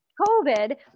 COVID